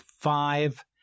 five